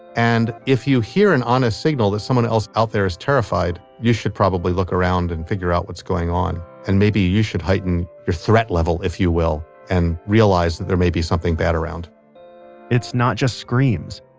and if you hear an honest signal that someone else out there is terrified, you should probably look around and figure out what's going on and maybe you should heighten your threat level if you will and realize that there may be something bad around it's not just screams.